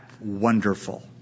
Wonderful